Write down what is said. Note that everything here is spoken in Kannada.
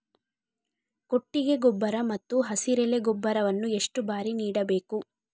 ಕೊಟ್ಟಿಗೆ ಗೊಬ್ಬರ ಮತ್ತು ಹಸಿರೆಲೆ ಗೊಬ್ಬರವನ್ನು ಎಷ್ಟು ಬಾರಿ ನೀಡಬೇಕು?